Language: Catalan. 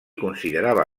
considerava